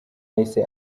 yahise